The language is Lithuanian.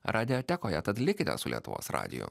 radiotekoje tad likite su lietuvos radiju